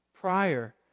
prior